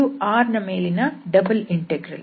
ಇದು R ನ ಮೇಲಿನ ಡಬಲ್ ಇಂಟೆಗ್ರಲ್